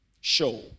show